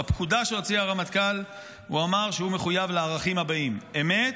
בפקודה שהוציא הרמטכ"ל הוא אמר שהוא מחויב לערכים הבאים: אמת,